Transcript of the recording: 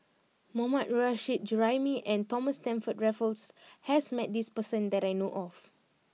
Mohammad Nurrasyid Juraimi and Thomas Stamford Raffles has met this person that I know of